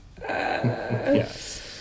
Yes